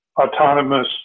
autonomous